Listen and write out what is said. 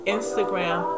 Instagram